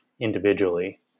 individually